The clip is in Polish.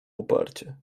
uparcie